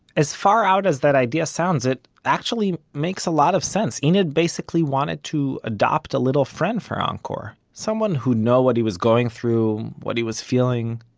as far out as that idea sounds, it actually makes a lot of sense. enid basically wanted to adopt a little friend for angkor. someone who'd know what he was going through, what he was feeling.